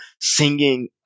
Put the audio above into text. singing